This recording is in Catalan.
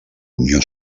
unió